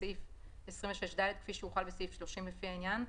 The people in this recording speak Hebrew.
סעיף 26(ד) כפי שהוחל בסעיף 30, לפי העניין,